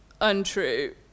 untrue